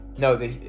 No